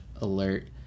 alert